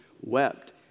wept